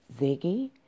Ziggy